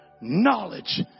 knowledge